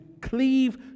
cleave